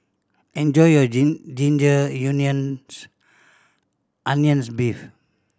enjoy your ginger onions beef